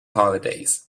holidays